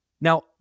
Now